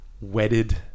wedded